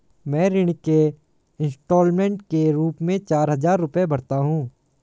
मैं ऋण के इन्स्टालमेंट के रूप में चार हजार रुपए भरता हूँ